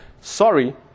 Sorry